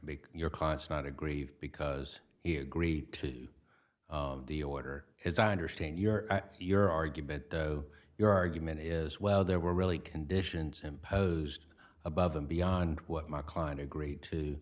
because your const not agree because he agreed to the order as i understand your your argument your argument is well there were really conditions imposed above and beyond what my client agreed to